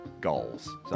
goals